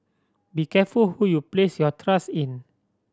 be careful who you place your trust in